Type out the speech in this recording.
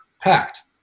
packed